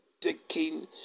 taking